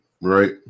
right